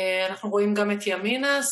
בוועדת העלייה והקליטה.